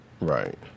Right